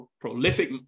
prolific